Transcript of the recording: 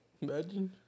Imagine